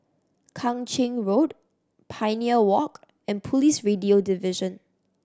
Kang Ching Road Pioneer Walk and Police Radio Division